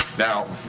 now,